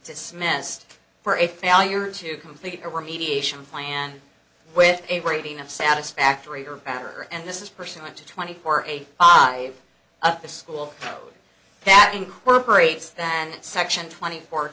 dismissed for a failure to complete a remediation plan with a rating of satisfactory or better and this is personal to twenty four eighty five of the school that incorporates then section twenty four